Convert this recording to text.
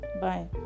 bye